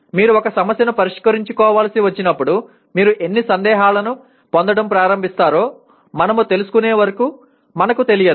మీరు ఒక సమస్యను పరిష్కరించుకోవలసి వచ్చినప్పుడు మీరు ఎన్ని సందేహాలను పొందడం ప్రారంభిస్తారో మనము తెలుసుకునే వరకు మనకు తెలియదు